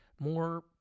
more